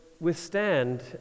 withstand